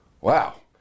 Wow